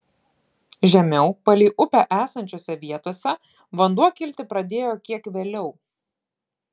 žemiau palei upę esančiose vietose vanduo kilti pradėjo kiek vėliau